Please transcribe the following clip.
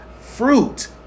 Fruit